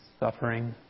suffering